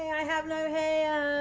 i have no hair,